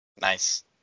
Nice